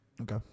Okay